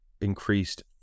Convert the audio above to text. increased